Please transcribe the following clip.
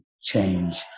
change